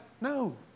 No